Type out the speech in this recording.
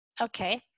Okay